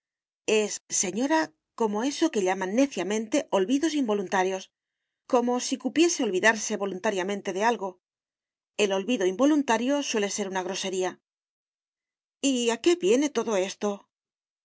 es señora como eso que llaman neciamente olvidos involuntarios como si cupiese olvidarse voluntariamente de algo el olvido involuntario suele ser una grosería y a qué viene esto esto